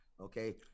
okay